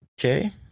Okay